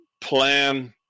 plan